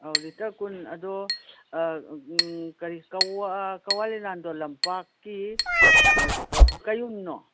ꯑꯧ ꯂꯤꯇꯔ ꯀꯨꯟ ꯑꯗꯣ ꯀꯔꯤ ꯀꯋꯥ ꯀꯋꯥ ꯂꯤꯂꯥꯟꯗꯣ ꯂꯝꯄꯥꯛꯀꯤ ꯀꯩꯌꯨꯝꯅꯣ